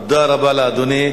תודה רבה לאדוני.